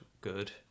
good